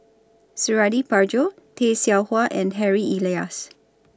Suradi Parjo Tay Seow Huah and Harry Elias